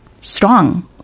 strong